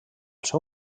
seu